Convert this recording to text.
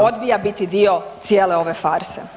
odbija biti dio cijele ove farse.